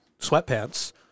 sweatpants